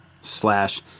slash